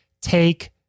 take